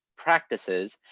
practices,